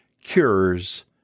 cures